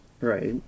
Right